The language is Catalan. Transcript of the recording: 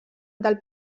del